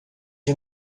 you